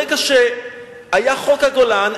ברגע שהיה חוק הגולן,